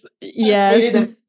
Yes